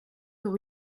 pour